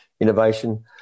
innovation